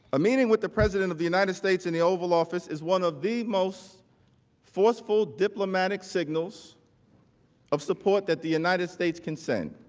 a meeting with the president of the united states in the oval office is one of the most forceful diplomatic signals of support that the united states can send.